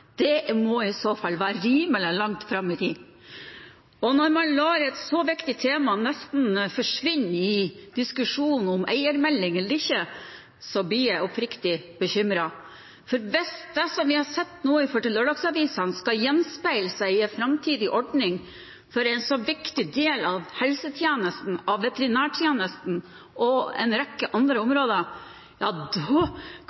Det må i så fall være rimelig langt fram i tid. Når man lar et så viktig tema nesten forsvinne i diskusjonen om eiermelding eller ikke, blir jeg oppriktig bekymret, for hvis det vi nå har sett med tanke på lørdagsavisene, skal gjenspeile en framtidig ordning for en så viktig del av helsetjenesten, av veterinærtjenesten og en rekke andre